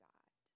God